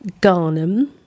Garnham